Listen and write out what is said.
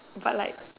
but like